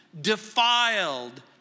defiled